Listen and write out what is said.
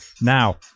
Now